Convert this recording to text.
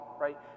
right